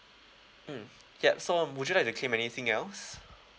mm yup so um would you like to claim anything else